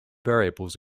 variables